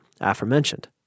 aforementioned